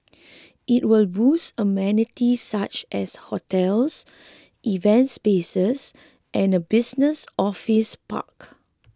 it will boast amenities such as hotels events spaces and a business office park